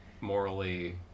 morally